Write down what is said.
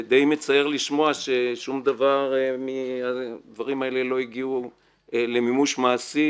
די מצער לשמוע ששום דבר מהדברים האלה לא הגיעו למימוש מעשי,